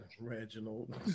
Reginald